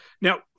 now